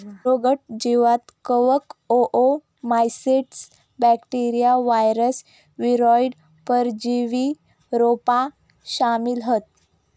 रोगट जीवांत कवक, ओओमाइसीट्स, बॅक्टेरिया, वायरस, वीरोइड, परजीवी रोपा शामिल हत